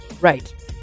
Right